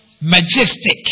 majestic